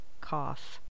cough